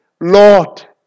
Lord